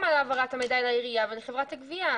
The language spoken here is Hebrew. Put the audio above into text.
העברת המידע לעירייה ולחברת הגבייה.